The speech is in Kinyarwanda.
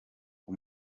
com